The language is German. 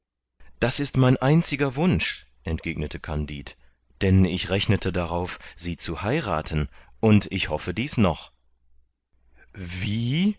das ist mein einziger wunsch entgegnete kandid denn ich rechnete darauf sie zu heirathen und ich hoffe dies noch wie